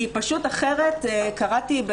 כי פשוט אחרת קראתי,